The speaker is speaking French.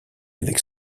avec